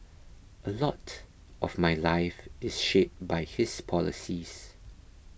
a lot of my life is shaped by his policies